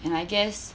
and I guess